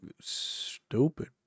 Stupid